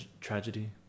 tragedy